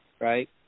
right